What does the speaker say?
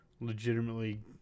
legitimately